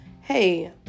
hey